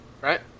right